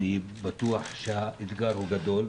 אני בטוח שהאתגר הוא גדול,